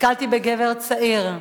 נתקלתי בגבר צעיר.